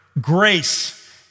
grace